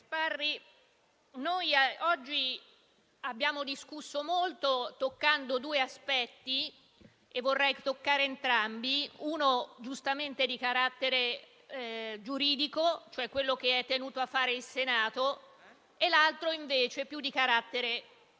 Credo che avremmo potuto saltare molte valutazioni, se avessimo dato un'occhiata anche alle argomentazioni che sono state prodotte in sede di domanda di autorizzazione a procedere